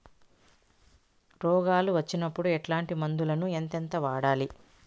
రోగాలు వచ్చినప్పుడు ఎట్లాంటి మందులను ఎంతెంత వాడాలి?